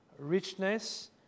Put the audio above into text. richness